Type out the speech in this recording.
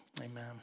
amen